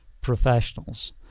professionals